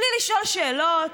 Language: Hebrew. בלי לשאול שאלות,